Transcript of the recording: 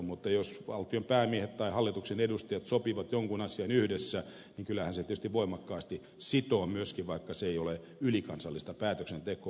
mutta jos valtion päämiehet tai hallituksen edustajat sopivat jonkun asian yhdessä niin kyllähän se tietysti voimakkaasti sitoo myöskin vaikka se ei ole ylikansallista päätöksentekoa